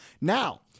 now